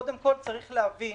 צריך להבין